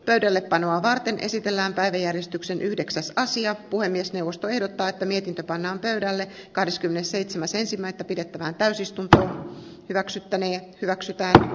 täydelle panoa varten esitellään päiväjärjestyksen yhdeksäs karsia puhemiesneuvosto ehdottaa että mietintö pannaan pöydälle kahdeskymmenesseitsemäs ensimmäistä pidettävään täysistuntoa räksyttäni hyväksytään